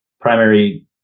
primary